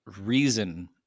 reason